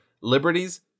liberties